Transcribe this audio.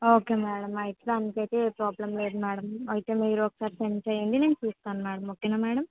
okay madam అయితే దానికి అయితే ఏ ప్రాబ్లం లేదు మేడం అయితే మీరు ఒకసారి సెండ్ చేయండి నేను చూస్తాను మేడం ఓకే మేడం